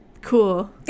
cool